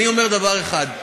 אני אומר דבר אחד: